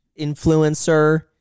influencer